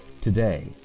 Today